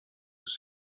sous